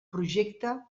projecte